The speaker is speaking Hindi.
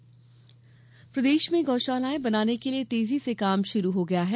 गौ शाला प्रदेश में गौ शालाएं बनाने के लिए तेजी से काम शुरू हो गया है